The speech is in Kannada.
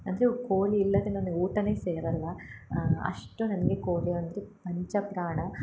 ಅಂದರೆ ಕೋಳಿ ಇಲ್ಲದೇ ನನಗೆ ಊಟನೇ ಸೇರಲ್ಲ ಅಷ್ಟು ನನಗೆ ಕೋಳಿ ಅಂದರೆ ಪಂಚಪ್ರಾಣ